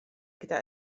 gydag